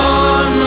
on